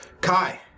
Kai